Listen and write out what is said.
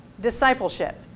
Discipleship